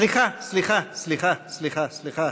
סליחה, סליחה, סליחה, סליחה, סליחה.